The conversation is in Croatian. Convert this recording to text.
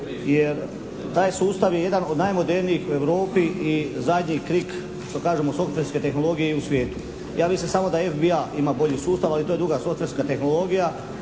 jer taj sustav je jedan od najmodernijih u Europi i zadnji krik što kažemo softwarske tehnologije i u svijetu. Ja mislim da samo FBI ima bolji sustav, ali to je druga softwarska tehnologija